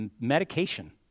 medication